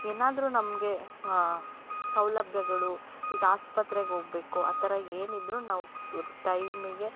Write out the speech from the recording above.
ಏನಾದರು ನಮಗೆ ಸೌಲಭ್ಯಗಳು ಈಗ ಆಸ್ಪತ್ರೆಗೆ ಹೋಗ್ಬೇಕು ಆ ಥರ ಏನಿದ್ರು ನಾವು ಟೈಮಿಗೆ